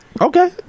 Okay